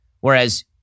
Whereas